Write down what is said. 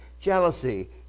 jealousy